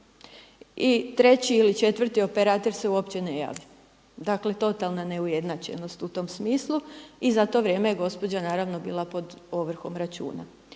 i treći ili četvrti operater se uopće ne javio. Dakle totalna neujednačenost u tom smislu i zato vrijeme je gospođa naravno bila pod ovrhom računa.